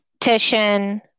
petition